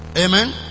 Amen